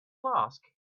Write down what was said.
flask